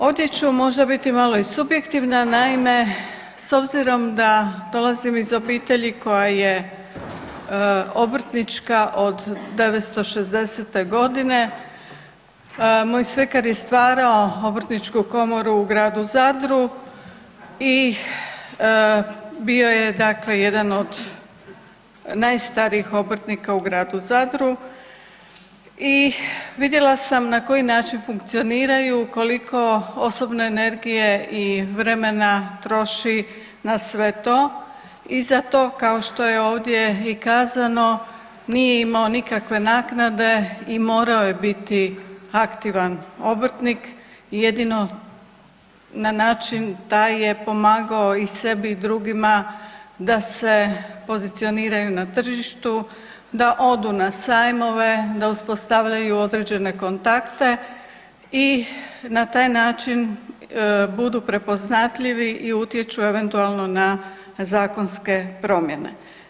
Ovdje ću možda biti malo i subjektivna, naime, s obzirom da dolazim iz obitelji koja je obrtnička od 1960. g., moj svekar je stvarao Obrtničku komoru u gradu Zadru i bio je, dakle, jedan od najstarijih obrtnika u gradu Zadru i vidjela sam na koji način funkcioniraju, koliko osobne energije i vremena troši na sve to i za to, kao što je ovdje i kazano, nije imao nikakve naknade i morao je biti aktivan obrtnik i jedino na način da je pomagao i sebi i drugima da se pozicioniraju na tržištu, da odu na sajmove, da uspostavljaju određene kontakte i na taj način budu prepoznatljivi i utječu eventualno na zakonske promjene.